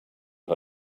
how